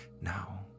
now